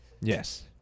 yes